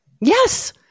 Yes